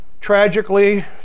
Tragically